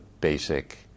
basic